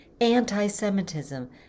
anti-semitism